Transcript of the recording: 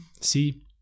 see